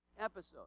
episode